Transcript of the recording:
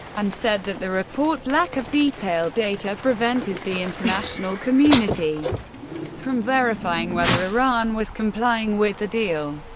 and said that the report's lack of detailed data prevented the international community from verifying whether iran was complying with the deal.